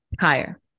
Higher